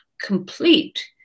complete